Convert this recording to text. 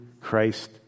Christ